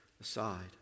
Aside